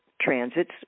transits